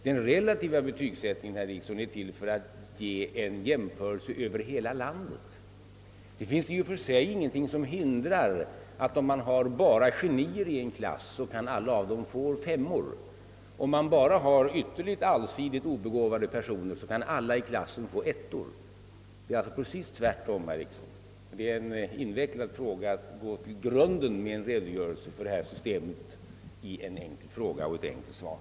Den relativa betygsättningen är till för att ge en jämförelse över hela landet. I och för sig är det ingenting som hindrar att om man har enbart genier i en klass, kan alla få femmor. Om man bara har allsidigt obegåvade elever, kan alla i klassen få ettor. Detta är emellertid en invecklad sak och det går inte att gå till grunden med den i en enkel fråga och ett enkelt svar.